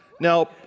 Now